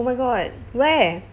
oh my god where